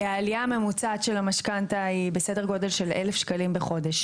העלייה הממוצעת של המשכנתא היא בסדר גודל של 1,000 שקלים בחודש,